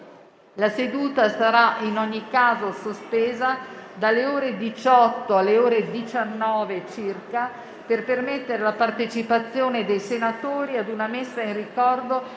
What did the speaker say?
la seduta sarà in ogni caso sospesa, dalle ore 18 alle ore 19 circa, per permettere la partecipazione dei senatori ad una messa in ricordo